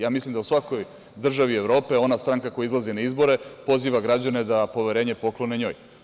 Ja mislim da u svakoj državi Evrope ona stranka koja izlazi na izbore poziva građane da poverenje poklone njoj.